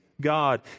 God